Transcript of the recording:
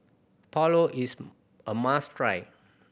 pulao is a must try